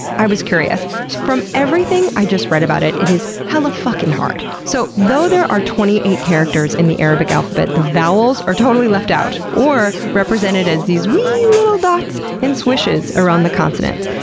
i was curious. from everything i just read about, it it is hella-fucking hard. so though there are twenty eight characters in the arabic alphabet, the vowels are totally left out, or represented as these wee little dots and swishes around around the consonants.